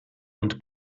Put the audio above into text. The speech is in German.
und